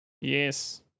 Yes